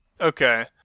Okay